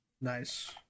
Nice